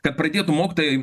kad pradėtų mokytojai